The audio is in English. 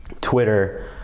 Twitter